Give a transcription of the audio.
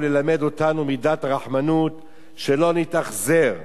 ללמד אותנו מידת רחמנות ושלא נתאכזר,